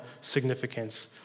significance